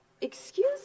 Excuse